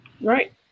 Right